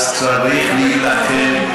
צריך להילחם.